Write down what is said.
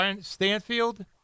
Stanfield